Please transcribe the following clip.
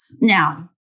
Now